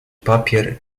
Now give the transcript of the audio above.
papier